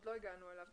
עוד לא הגענו אליו.